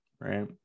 right